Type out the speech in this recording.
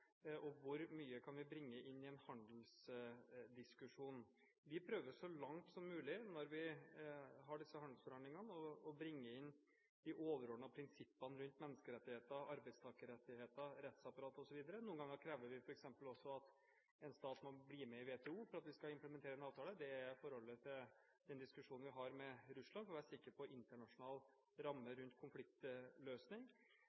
og hvor mye kan vi bringe inn i en handelsdiskusjon? Vi prøver så langt som mulig når vi har disse handelsforhandlingene, å bringe inn de overordnede prinsippene rundt menneskerettigheter, arbeidstakerrettigheter, rettsapparat osv. Noen ganger krever vi f.eks. også at en stat må bli med i WTO for at vi skal implementere en avtale – det er en diskusjon vi har med Russland – for å være sikker på